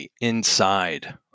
inside